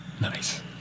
Nice